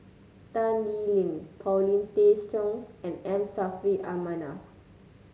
Tan Lee Leng Paulin Tay Straughan and M Saffri A Manaf